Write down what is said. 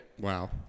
Wow